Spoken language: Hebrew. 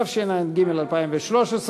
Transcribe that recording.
התשע"ג 2013,